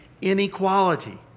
inequality